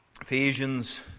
Ephesians